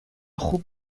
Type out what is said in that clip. خوب